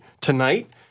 tonight